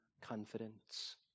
confidence